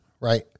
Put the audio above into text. right